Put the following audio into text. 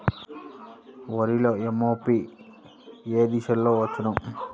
వరిలో మోము పిప్పి ఏ దశలో వచ్చును?